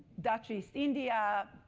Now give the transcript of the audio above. dutch east india,